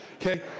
Okay